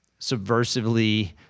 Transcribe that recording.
subversively